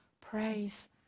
praise